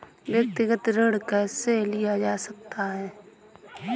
व्यक्तिगत ऋण कैसे लिया जा सकता है?